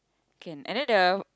can and then the